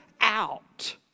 out